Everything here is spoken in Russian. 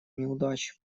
неудач